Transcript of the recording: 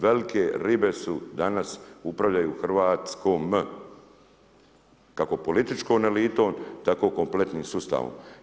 Velike ribe su, danas, upravljaju Hrvatskom, kako političkom elitom, tako kompletnim sustavom.